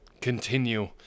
continue